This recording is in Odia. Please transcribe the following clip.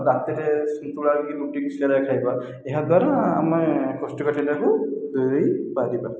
ରାତିରେ ସନ୍ତୁଳା କି ରୁଟିକୁ ସେର ଖାଇବା ଏହାଦ୍ୱାରା ଆମେ କୋଷ୍ଠକାଠିନ୍ୟକୁ ଦୂରାଇ ପାରିବା